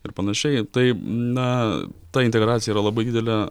ir panašiai tai na ta integracija yra labai didelė